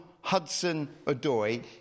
Hudson-Odoi